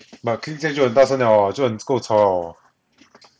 but click click 就很大声了 orh 就很够吵了 orh